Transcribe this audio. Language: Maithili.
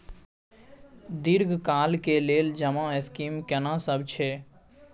दीर्घ काल के लेल जमा स्कीम केना सब छै?